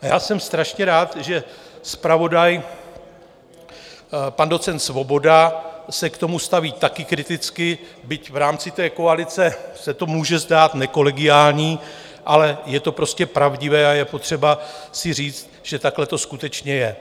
A já jsem strašně rád, že zpravodaj pan docent Svoboda se k tomu staví také kriticky, byť v rámci koalice se to může zdát nekolegiální, ale je to prostě pravdivé a je potřeba si říct, že takhle to skutečně je.